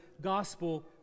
gospel